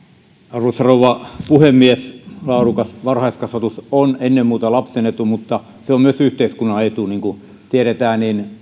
arvoisa rouva puhemies laadukas varhaiskasvatus on ennen muuta lapsen etu mutta se on myös yhteiskunnan etu niin kuin tiedetään